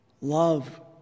Love